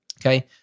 okay